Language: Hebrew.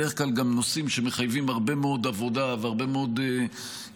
והם בדרך כלל גם נושאים שמחייבים הרבה מאוד עבודה והרבה מאוד התרוצצות